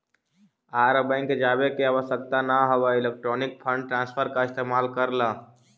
आर bank जावे के आवश्यकता न हवअ इलेक्ट्रॉनिक फंड ट्रांसफर का इस्तेमाल कर लअ